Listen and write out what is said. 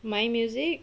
my music